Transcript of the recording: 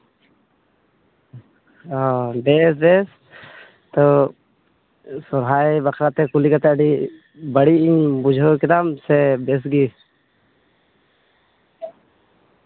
ᱚᱸᱻ ᱫᱤᱭᱮ ᱵᱮᱥ ᱛᱚ ᱥᱚᱨᱦᱟᱭ ᱵᱟᱠᱷᱨᱟᱛᱮ ᱠᱩᱞᱤ ᱠᱟᱛᱮ ᱟᱹᱰᱤ ᱵᱟᱹᱲᱤᱡ ᱞᱤᱧ ᱵᱩᱡᱷᱟᱹᱣ ᱠᱮᱫᱟ ᱥᱮ ᱵᱮᱥᱜᱮ